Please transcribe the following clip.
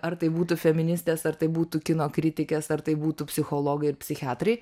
ar tai būtų feministės ar tai būtų kino kritikės ar tai būtų psichologai ir psichiatrai